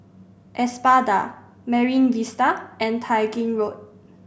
Espada Marine Vista and Tai Gin Road